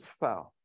fell